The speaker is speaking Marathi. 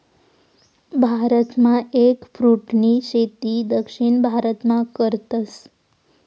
भारतमा एगफ्रूटनी शेती दक्षिण भारतमा करतस